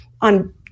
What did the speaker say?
on